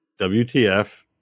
WTF